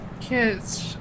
Kids